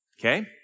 okay